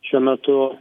šiuo metu